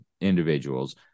individuals